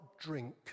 drink